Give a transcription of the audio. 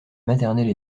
maternelle